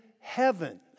heaven